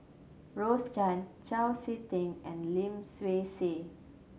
Rose Chan Chau Sik Ting and Lim Swee Say